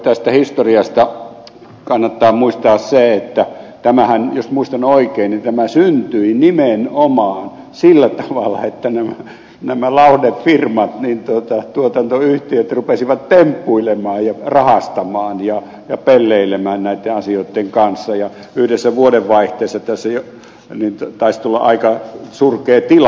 tästä historiasta kannattaa muistaa se että jos muistan oikein tämä syntyi nimenomaan sillä tavalla että nämä lauhdefirmat tuotantoyhtiöt rupesivat temppuilemaan ja rahastamaan ja pelleilemään näitten asioitten kanssa ja yhdessä vuodenvaihteessa taisi tulla aika surkea tilanne